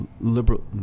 liberal